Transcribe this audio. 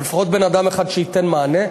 אבל לפחות בן-אדם אחד שייתן מענה.